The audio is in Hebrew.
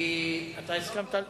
כי אתה הסכמת.